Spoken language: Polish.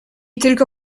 tylko